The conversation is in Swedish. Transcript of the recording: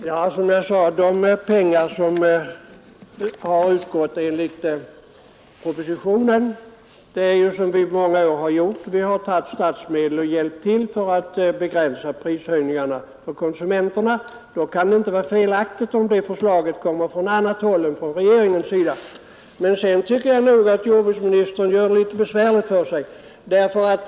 Ärade talman! De pengar som utgått enligt propositionen har ju anvisats på samma sätt som under många år tidigare, då statsmedel använts för att begränsa prishöjningarna för konsumenterna. Det kan inte vara felaktigt om ett sådant förslag kommer från annat håll än från regeringen. Men sedan tycker jag att regeringen gör det litet besvärligt för sig.